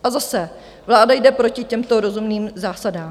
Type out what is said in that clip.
A zase vláda jde proti těmto rozumným zásadám.